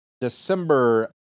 December